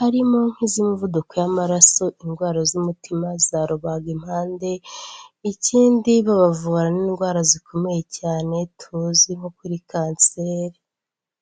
harimo nk'iz'imivuduko y'amaraso, indwara z'umutima za rubagimpande, ikindi babavura n'indwara zikomeye, cyane tuziho kuri kanseri.